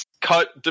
cut